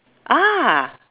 ah